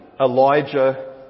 Elijah